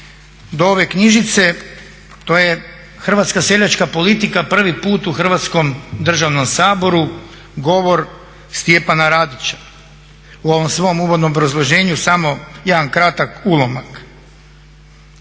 do ove knjižice to je hrvatska seljačka politika prvi put u Hrvatskom državnom saboru govor Stjepana Radića. U ovom svom uvodnom obrazloženju samo jedan kratak ulomak.